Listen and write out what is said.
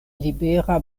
libera